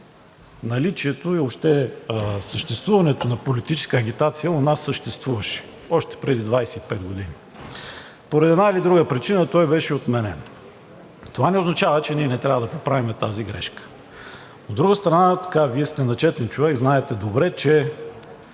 наличието и въобще съществуването на политическа агитация у нас, съществуваше още преди 25 години. Поради една или друга причина той беше отменен. Това не означава, че ние не трябва да поправим тази грешка. От друга страна, Вие сте начетен човек, знаете добре, че